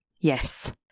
Yes